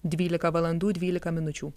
dvylika valandų dvylika minučių